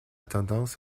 tendance